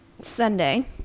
Sunday